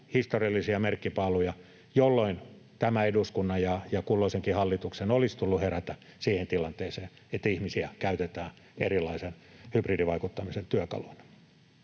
historiallisia merkkipaaluja, jolloin tämän eduskunnan ja kulloisenkin hallituksen olisi tullut herätä siihen tilanteeseen, että ihmisiä käytetään erilaisen hybridivaikuttamisen työkaluina.